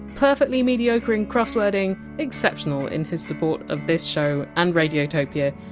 perfectly mediocre in crosswording, exceptional in his support of this show and radiotopia,